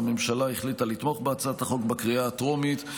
הממשלה החליטה לתמוך בהצעת החוק בקריאה הטרומית.